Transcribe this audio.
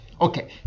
okay